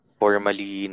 formally